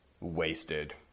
wasted